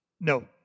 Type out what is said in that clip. No